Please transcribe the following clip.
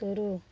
शुरू